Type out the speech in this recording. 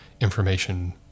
information